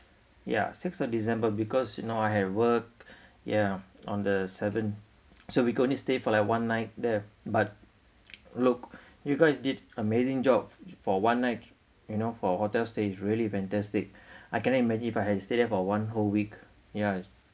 ya sixth of december because you know I had work ya on the seventh so we could only stay for like one night there but look you guys did amazing job for one night you know for hotel stay it's really fantastic I cannot imagine if I had stayed there for one whole week ya